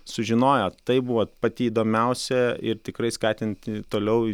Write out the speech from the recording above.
sužinojo tai buvo pati įdomiausia ir tikrai skatinti toliau